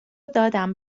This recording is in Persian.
دادم